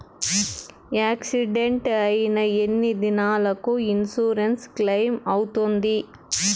Accident అయిన ఎన్ని దినాలకు ఇన్సూరెన్సు క్లెయిమ్ అవుతుంది?